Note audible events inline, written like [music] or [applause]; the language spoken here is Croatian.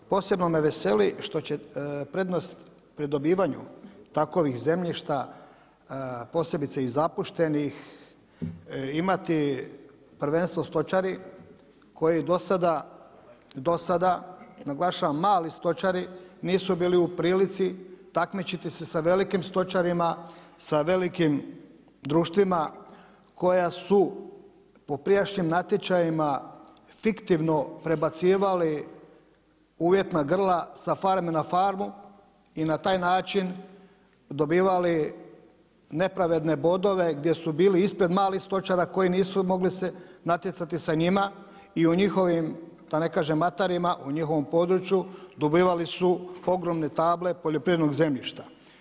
Posebno me veseli što će prednost pri dobivanju takvih zemljišta posebice i zapuštenih imati prvenstvo stočari koji do sada, do sada, naglašavam mali stočari nisu bili u prilici takmičiti se sa velikim stočarima, sa velikih društvima koja su po prijašnjim natječajima fiktivno prebacivali uvjetna grla sa farme na farmu i na taj način dobivali nepravedne bodove gdje su bili ispred malih stočara koji nisu mogli se natjecati sa njima i o njihovim da ne kažem, … [unintelligible] u njihovom području dobivali su ogromne table poljoprivrednog zemljišta.